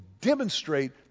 demonstrate